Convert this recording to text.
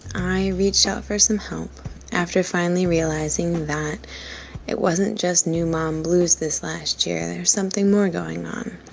i reached out for some help after finally realizing that it wasn't just new-mom blues this last year, there's something more going on.